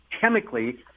chemically